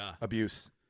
abuse